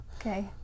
okay